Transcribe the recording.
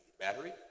battery